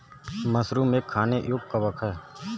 mushroom एक खाने योग्य कवक है